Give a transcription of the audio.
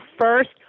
first